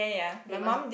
they must